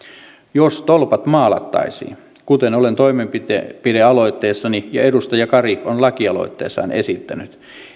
jos tolpat maalattaisiin kuten olen toimenpidealoitteessani ja edustaja kari on lakialoitteessaan esittänyt